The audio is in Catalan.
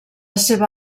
seva